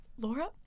Laura